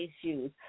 issues